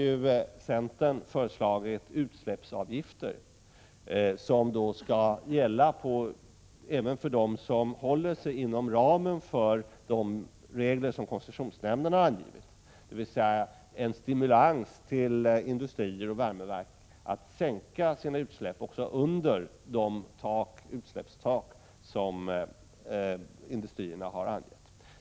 Centern har föreslagit utsläppsavgifter, som skulle gälla även för dem som håller sig inom ramen för de regler som koncessionsnämnden har = Prot. 1986/87:119 angivit, dvs. en stimulans till industrier och värmeverk att minska sina 8 maj 1987 utsläpp och så att de kommer under det utsläppstak som har angetts.